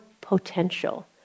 potential